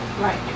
Right